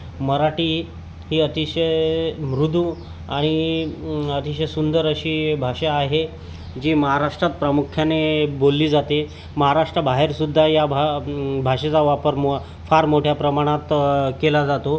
मराठी ही अतिशय मृदू आणि अतिशय सुंदर अशी भाषा आहे जी महाराष्ट्रात प्रामुख्याने बोलली जाते महाराष्ट्राबाहेरसुद्धा या भा भाषेचा वापर म फार मोठ्या प्रमाणात केला जातो